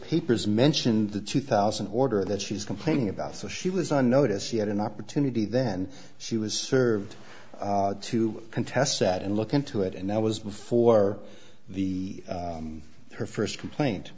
papers mentioned the two thousand order that she was complaining about so she was on notice she had an opportunity then she was served to contest sat and looked into it and that was before the her first complaint